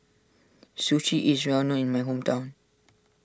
Sushi is well known in my hometown